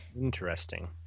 Interesting